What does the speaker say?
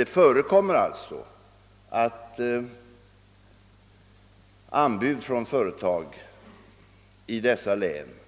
Det förekommer dock att högre liggande anbud från företag i Norrlandslänen